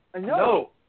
No